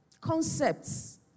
concepts